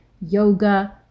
yoga